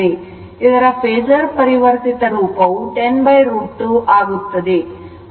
ಇದರ ಫೇಸರ್ ಪರಿವರ್ತಿತ ರೂಪವು 10√ 2ಆಗುತ್ತದೆ